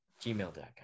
gmail.com